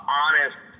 honest